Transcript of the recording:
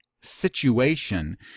situation